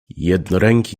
jednoręki